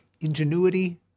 ingenuity